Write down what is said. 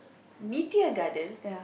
Meteor Garden